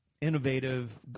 innovative